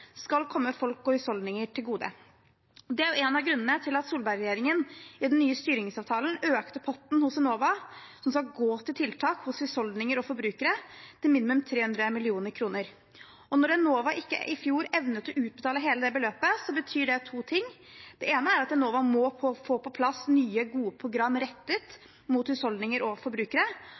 skal komme folk og husholdninger til gode. Det er en av grunnene til at Solberg-regjeringen i den nye styringsavtalen økte potten hos Enova som skal gå til tiltak for husholdninger og forbrukere, til minimum 300 mill. kr. Når Enova i fjor ikke evnet å utbetale hele det beløpet, betyr det to ting: Det ene er at Enova må få på plass nye, gode program rettet mot husholdninger og forbrukere,